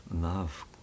love